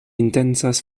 intencas